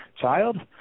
child